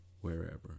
wherever